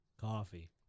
coffee